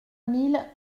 mille